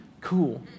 Cool